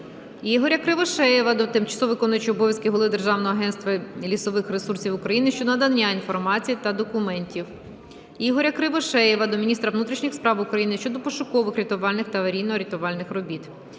Ігоря Кривошеєва до тимчасово виконуючого обов'язки Голови Державного агентства лісових ресурсів України щодо надання інформації та документів. Ігоря Кривошеєва до міністра внутрішніх справ України щодо пошуково-рятувальних та аварійно-рятувальних робіт.